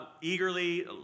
eagerly